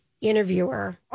interviewer